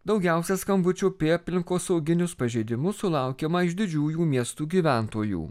daugiausiai skambučių apie aplinkosauginius pažeidimus sulaukiama iš didžiųjų miestų gyventojų